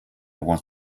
want